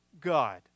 God